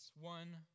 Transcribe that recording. One